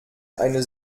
eine